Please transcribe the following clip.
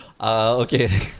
Okay